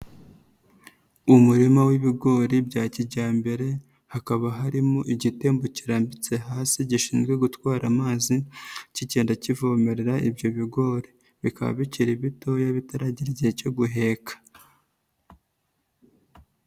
Umurima w'ibigori bya kijyambere hakaba harimo igitembo kirambitse hasi gishinzwe gutwara amazi kigenda kivomerera ibyo bigori, bikaba bikiri bitoya bitaragira igihe cyo guheka.